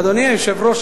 אדוני היושב-ראש,